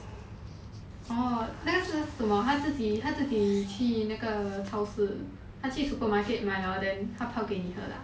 orh 那个是什么他自己他自己去那个超市他去:na ge shi shen me ta ziji ta ziji qu na ge chao shi ta qu supermarket hor then 他泡给你喝 ah